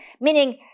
Meaning